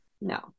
No